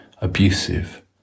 abusive